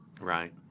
Right